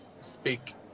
speak